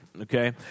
okay